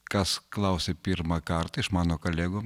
kas klausė pirmą kartą iš mano kolegų